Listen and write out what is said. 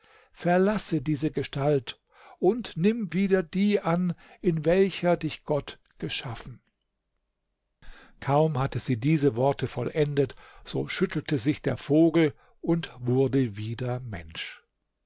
verlasse diese gestalt und nimm wieder die an in welcher dich gott geschaffen kaum hatte sie diese worte vollendet so schüttelte sich der vogel und wurde wieder mensch